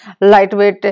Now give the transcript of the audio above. lightweight